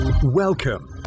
Welcome